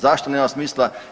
Zašto nema smisla?